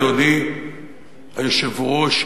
אדוני היושב-ראש,